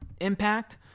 Impact